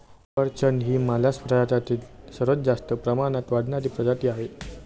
सफरचंद ही मालस प्रजातीतील सर्वात जास्त प्रमाणात वाढणारी प्रजाती आहे